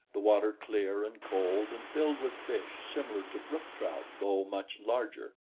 the water clear and cold and filled with fish similar to brook trout though much larger.